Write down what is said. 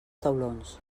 taulons